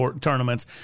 tournaments